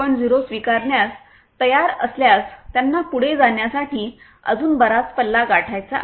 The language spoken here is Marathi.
0 स्वीकारण्यास तयार असल्यास त्यांना पुढे जाण्यासाठी अजून बराच पल्ला गाठायचा आहे